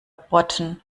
botten